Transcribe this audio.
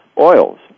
oils